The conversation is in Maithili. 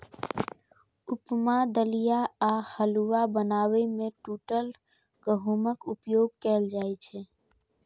उपमा, दलिया आ हलुआ बनाबै मे टूटल गहूमक उपयोग कैल जाइ छै